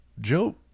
Joe